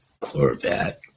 Corvette